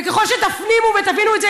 וככל שתפנימו ותבינו את זה,